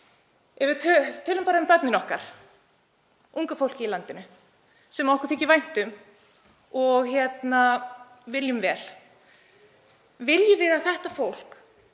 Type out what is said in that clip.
Ef við tölum bara um börnin okkar, unga fólkið í landinu sem okkur þykir vænt um og viljum vel; viljum við að þetta fólk,